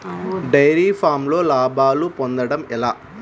Dairy ఫామ్లో లాభాలు పొందడం ఎలా?